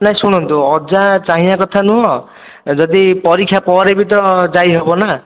ନାହିଁ ଶୁଣନ୍ତୁ ଅଜା ଚାହିଁବା କଥା ନୁହେଁ ଯଦି ପରୀକ୍ଷା ପରେ ବି ତ ଯାଇହବ ନା